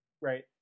right